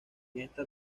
esta